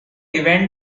events